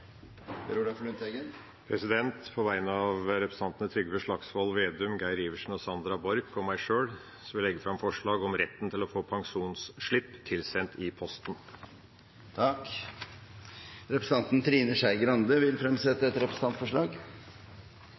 Per Olaf Lundteigen vil fremsette et representantforslag. På vegne av representantene Trygve Slagsvold Vedum, Geir Adelsten Iversen, Sandra Borch og meg sjøl vil jeg legge fram forslag om retten til å få pensjonsslipp tilsendt i posten. Representanten Trine Skei Grande vil fremsette et representantforslag.